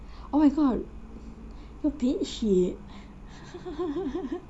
oh my god your bedsheet